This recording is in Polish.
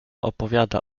opowiada